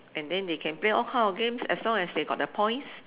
and then they can play all kind of games as long as they got the points